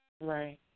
Right